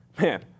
Man